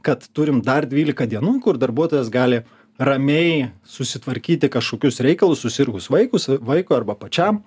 kad turim dar dvylika dienų kur darbuotojas gali ramiai susitvarkyti kažkokius reikalus susirgus vaikus vaikui arba pačiam